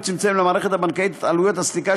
הוא צמצם למערכת הבנקאית את עלויות הסליקה,